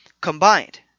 combined